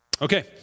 Okay